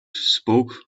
spoke